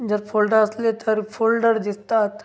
जर फोल्डर असले तर फोल्डर दिसतात